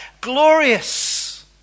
Glorious